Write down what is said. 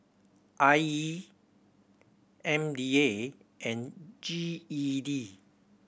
I E M D A and G E D